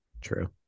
True